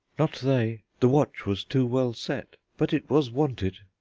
not they the watch was too well set, but it was wanted.